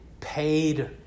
paid